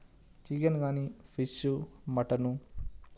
chicken కానీ fish mutton